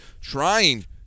trying